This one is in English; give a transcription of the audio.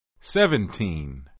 Seventeen